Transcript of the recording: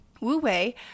Wu-wei